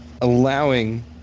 allowing